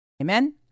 Amen